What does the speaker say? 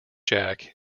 jack